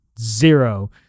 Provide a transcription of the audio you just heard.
zero